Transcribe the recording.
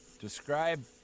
Describe